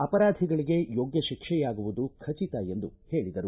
ಅಪರಾಧಿಗಳಿಗೆ ಯೋಗ್ಯ ಶಿಕ್ಷೆಯಾಗುವುದು ಖಚಿತ ಎಂದು ಹೇಳಿದರು